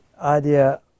idea